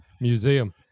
museum